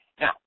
Now